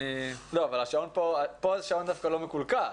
לא, אבל פה השעון דווקא לא מקולקל.